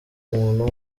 umuntu